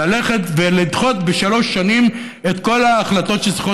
ללכת ולדחות בשלוש השנים את כל ההחלטות שצריכות